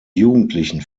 jugendlichen